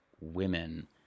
women